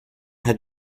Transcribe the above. had